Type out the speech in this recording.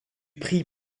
prix